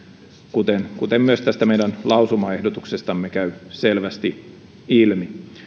kuten kuten myös tästä meidän lausumaehdotuksestamme käy selvästi ilmi